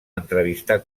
entrevistar